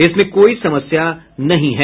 इसमें कोई समस्या नहीं है